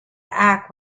act